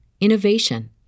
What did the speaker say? innovation